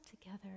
together